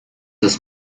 das